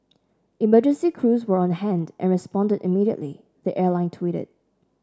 emergency crews were on hand and responded immediately the airline tweeted